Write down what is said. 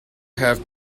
have